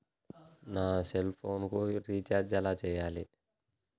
నా సెల్ఫోన్కు రీచార్జ్ ఎలా చేయాలి?